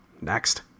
Next